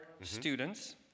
students